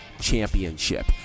Championship